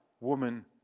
woman